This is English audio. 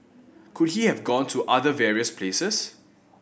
could he have gone to other various places